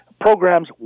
Programs